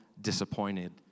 disappointed